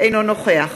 אינו נוכח